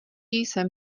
jsem